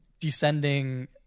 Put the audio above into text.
descending